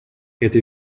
это